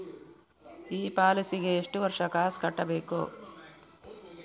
ಈ ಪಾಲಿಸಿಗೆ ಎಷ್ಟು ವರ್ಷ ಕಾಸ್ ಕಟ್ಟಬೇಕು?